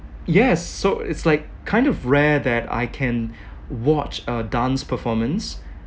yes so it's like kind of rare that I can watch a dance performance